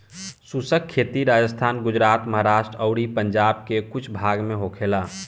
शुष्क खेती राजस्थान, गुजरात, महाराष्ट्र अउरी पंजाब के कुछ भाग में होखेला